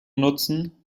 nutzen